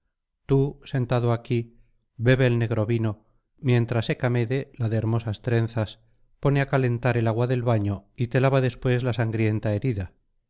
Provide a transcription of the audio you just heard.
iliada tado aquí bebe el negro vino mientras hecamede la de hermosas trenzas pone á calentar el agua del baño y te lava después la sangrienta herida